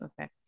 okay